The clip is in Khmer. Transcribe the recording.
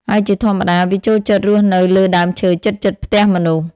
ហើយជាធម្មតា វាចូលចិត្តរស់នៅលើដើមឈើជិតៗផ្ទះមនុស្ស។